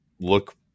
look